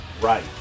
Right